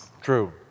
True